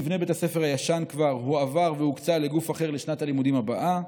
מבנה בית הספר הישן כבר הועבר והוקצה לגוף אחר לשנת הלימודים הבאה.